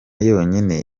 yonyine